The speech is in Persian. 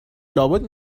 لابد